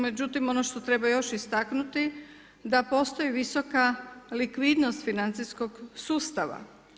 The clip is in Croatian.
Međutim, ono što treba još istaknuti da postoji visoka likvidnost financijskog sustava.